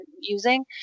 using